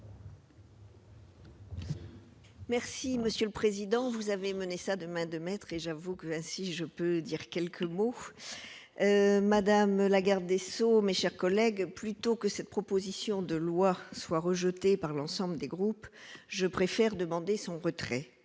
Merci monsieur le président, vous avez mené ça de main de maître et j'avoue que là, si je peux dire quelques mots, madame Lagarde et sous mes chers collègues, plutôt que cette proposition de loi soit rejetée par l'ensemble des groupes, je préfère demander son retrait,